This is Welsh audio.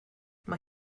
mae